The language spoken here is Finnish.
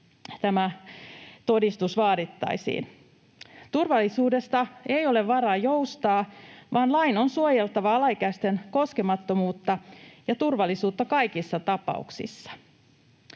tämä todistus vaadittaisiin. Turvallisuudesta ei ole varaa joustaa, vaan lain on suojeltava alaikäisten koskemattomuutta ja turvallisuutta kaikissa tapauksissa.